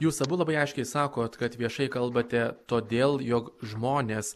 jūs abu labai aiškiai sakot kad viešai kalbate todėl jog žmonės